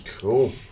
Cool